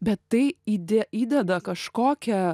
bet tai įde įdeda kažkokią